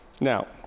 Now